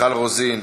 מיכל רוזין.